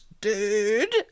dude